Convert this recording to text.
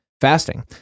fasting